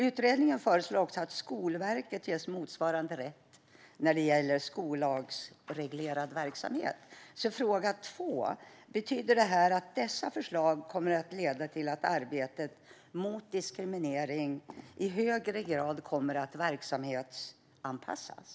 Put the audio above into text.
Utredningen föreslår också att Skolverket ges motsvarande rätt när det gäller skollagsreglerad verksamhet. Betyder det här att dessa förslag kommer att leda till att arbetet mot diskriminering i högre grad kommer att verksamhetsanpassas?